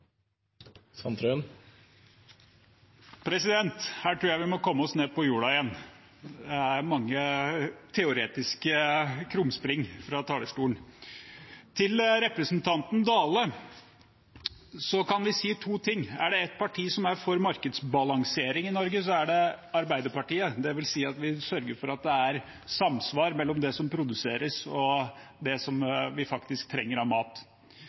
mange teoretiske krumspring fra talerstolen. Til representanten Dale kan vi si to ting. For det første: Er det et parti som er for markedsbalansering i Norge, så er det Arbeiderpartiet, dvs. at vi sørger for at det er samsvar mellom det som produseres, og det som vi faktisk trenger av mat.